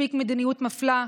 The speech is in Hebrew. מספיק מדיניות מפלה,